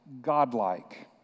godlike